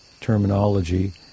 terminology